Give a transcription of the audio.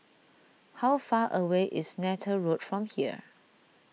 how far away is Neythal Road from here